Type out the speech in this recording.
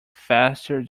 faster